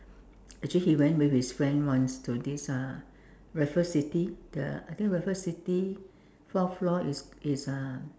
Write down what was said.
actually he went with his friend once to this uh Raffles City the I think Raffles City fourth floor is is uh